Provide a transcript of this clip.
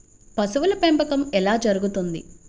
పశువుల పెంపకం ఎలా జరుగుతుంది?